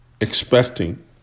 expecting